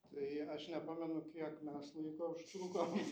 tai aš nepamenu kiek mes laiko užtrukom